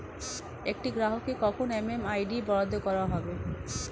একটি গ্রাহককে কখন এম.এম.আই.ডি বরাদ্দ করা হবে?